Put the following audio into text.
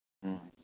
ꯎꯝ